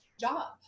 job